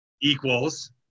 equals